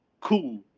cool